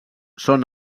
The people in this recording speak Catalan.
són